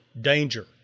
danger